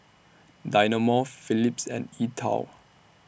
Dynamo Phillips and E TWOW